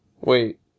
Wait